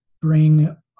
bring